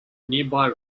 nearby